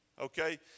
okay